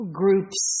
groups